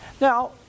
Now